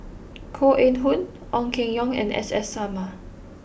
Koh Eng Hoon Ong Keng Yong and S S Sarma